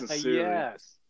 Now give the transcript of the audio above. yes